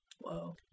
Whoa